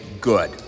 good